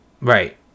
Right